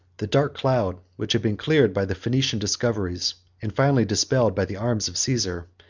the dark cloud, which had been cleared by the phoenician discoveries, and finally dispelled by the arms of caesar,